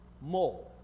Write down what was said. more